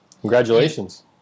Congratulations